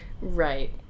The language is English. Right